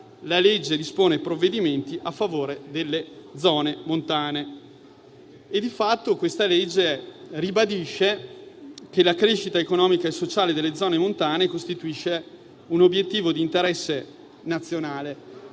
«La legge dispone provvedimenti a favore delle zone montane». Il provvedimento ribadisce che la crescita economica e sociale delle zone montane costituisce un obiettivo di interesse nazionale